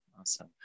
Awesome